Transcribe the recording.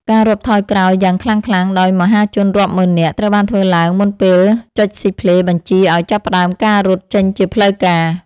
ការរាប់ថយក្រោយយ៉ាងខ្លាំងៗដោយមហាជនរាប់ម៉ឺននាក់ ត្រូវបានធ្វើឡើងមុនពេលចុចស៊ីផ្លេបញ្ជាឱ្យចាប់ផ្ដើមការរត់ចេញជាផ្លូវការ។